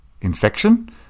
infection